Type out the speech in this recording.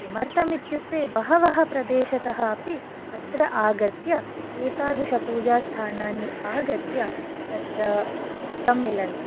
किमर्थम् इत्युक्ते बहवः प्रदेशतः अपि अत्र आगत्य एतादृश पूजास्थानानि आगत्य तत्र सम्मिलन्ति